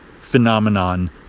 phenomenon